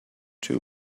two